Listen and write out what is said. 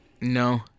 no